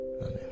Amen